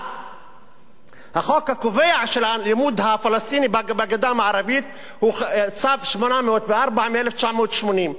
החוק הקובע של הלימוד הפלסטיני בגדה המערבית הוא צו 804 מ-1980.